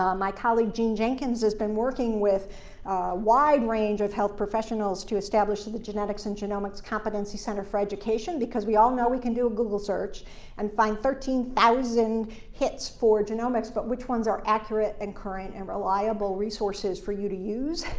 um my colleague, jean jenkins, has been working with a wide range of health professionals to establish the genetics and genomics competency center for education because we all know we can do a google search and find thirteen thousand hits for genomics, but which ones are accurate, and current, and reliable resources for you to use?